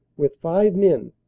with five men,